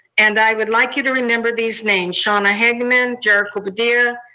and i would like you to remember these names, shauna hagemann, jericho badea,